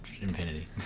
infinity